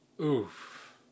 Oof